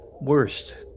worst